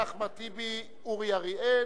אחרי אחמד טיבי, אורי אריאל.